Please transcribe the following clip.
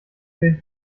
sich